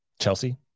Chelsea